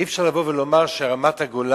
אי-אפשר לבוא ולומר שרמת-הגולן